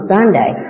Sunday